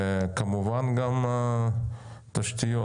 וכמובן גם תשתיות.